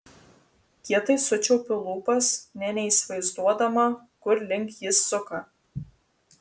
kietai sučiaupiu lūpas nė neįsivaizduodama kur link jis suka